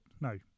No